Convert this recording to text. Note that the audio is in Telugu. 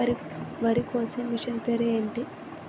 వరి కోసే మిషన్ పేరు ఏంటి